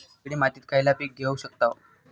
दगडी मातीत खयला पीक घेव शकताव?